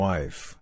Wife